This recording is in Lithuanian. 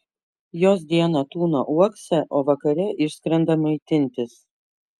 jos dieną tūno uokse o vakare išskrenda maitintis